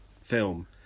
film